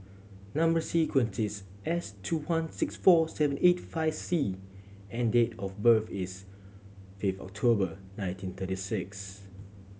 number sequence is S two one six four seven eight five C and date of birth is fifth October nineteen thirty six